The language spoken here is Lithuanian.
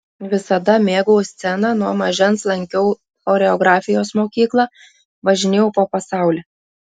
visada mėgau sceną nuo mažens lankiau choreografijos mokyklą važinėjau po pasaulį